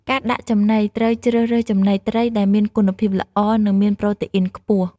ការដាក់ចំណីត្រូវជ្រើសរើសចំណីត្រីដែលមានគុណភាពល្អ និងមានប្រូតេអ៊ីនខ្ពស់។